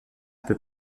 peu